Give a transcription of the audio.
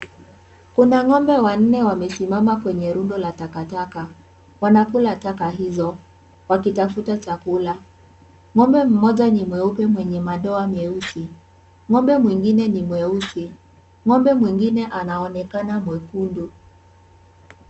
Kuna ng'ombe wanne wamesimama kwenye rundo la takataka. Wanakula taka hizo wakitafuta chakula. Ng'ombe mmoja ni mweupe mwenye madoa meusi. Ng'ombe mwingine ni mweusi. Ng'ombe mwingine anaonekana mwekundu.